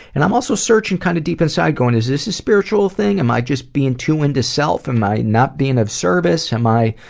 and i'm also searching kinda kind of deep inside, going, is this a spiritual thing? am i just being too into self? am i not being of service? am i